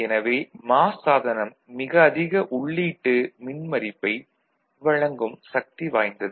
எனவே மாஸ் சாதனம் மிக அதிக உள்ளீட்டு மின்மறிப்பை வழங்கும் சக்திவாய்ந்தது